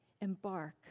embark